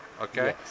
okay